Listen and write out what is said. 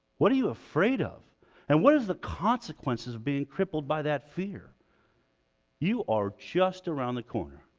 what are you afraid of and what is the consequences of being crippled by that fear you are just around the corner